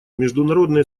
международные